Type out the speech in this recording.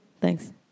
Thanks